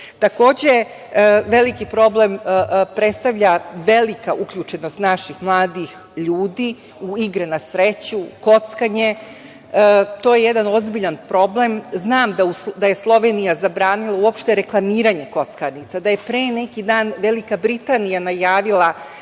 droga. Takođe, veliki problem predstavlja velika uključenost naših mladih ljudi u igre na sreću, u kockanje. To je jedan ozbiljan problem. Znam da je Slovenija zabranila uopšte reklamiranje kockarnica, da je pre neki dan Velika Britanije najavila